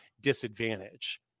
disadvantage